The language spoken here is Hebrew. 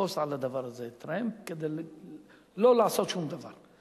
לתפוס על הדבר הזה טרמפ כדי שלא לעשות שום דבר.